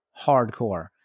hardcore